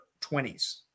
20s